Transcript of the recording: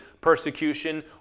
persecution